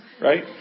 right